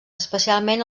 especialment